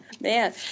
Man